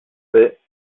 baies